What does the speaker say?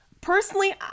personally